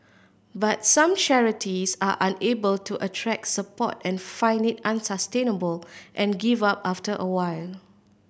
but some charities are unable to attract support and find it unsustainable and give up after a while